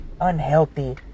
unhealthy